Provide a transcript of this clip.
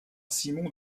simon